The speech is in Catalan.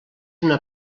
una